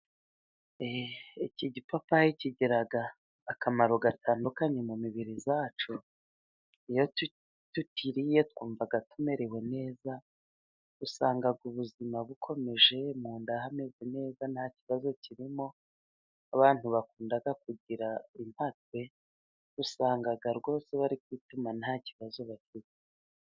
Iki gipapayi kigira akamaro gatandukanye mu mibiri yacu. Iyo tukiriye twumva tumerewe neza, usanga ubuzima bukomeje mu nda hameze neza nta kibazo kirimo, n'abantu bakunda kugira impatwe usanga rwose bari kwituma nta kibazo bafite.